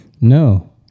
No